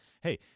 hey